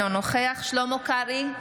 אינו נוכח שלמה קרעי,